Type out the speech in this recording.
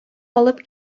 алып